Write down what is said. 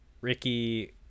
ricky